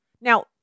Now